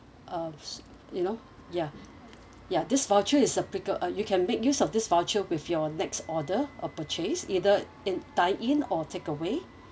uh you know ya ya this voucher is applica~ uh you can make use of this voucher with your next order or purchase either in dine in or take away